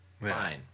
fine